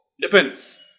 depends